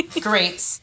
Great